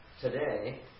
today